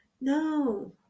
No